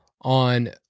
on